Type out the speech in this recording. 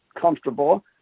comfortable